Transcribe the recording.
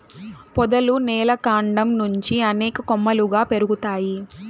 పొదలు నేల కాండం నుంచి అనేక కొమ్మలుగా పెరుగుతాయి